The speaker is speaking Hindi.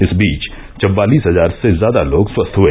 इस बीच चौवालीस हजार से ज्यादा लोग स्वस्थ हए